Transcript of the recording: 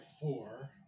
four